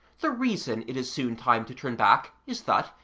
the reason it is soon time to turn back is that,